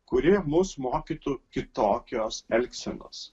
kuri mus mokytų kitokios elgsenos